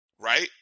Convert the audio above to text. right